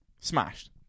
smashed